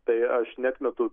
tai aš neatmetu